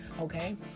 okay